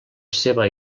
seva